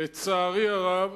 לצערי הרב,